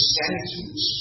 sentence